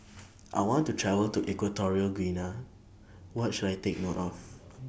I want to travel to Equatorial Guinea What should I Take note of